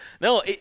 No